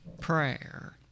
prayer